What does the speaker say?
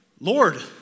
Lord